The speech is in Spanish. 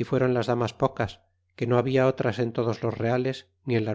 y fueron las damas pocas que no habia otras en todos los reales ni en la